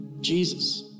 Jesus